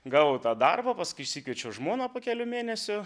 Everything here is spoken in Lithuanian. gavau tą darbą paskui išsikviečiau žmoną po kelių mėnesių